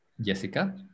Jessica